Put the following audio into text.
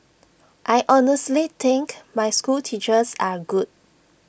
I honestly think my schoolteachers are good